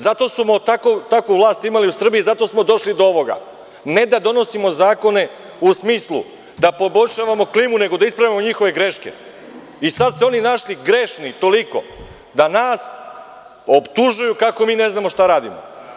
Zato smo takvu vlast imali u Srbiji, zato smo došli do ovoga, ne da donosimo zakone u smislu da poboljšavamo klimu, nego da ispravimo njihove greške i sada se oni našli grešni, toliko da nas optužuju kako mi ne znamo šta radimo.